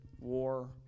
war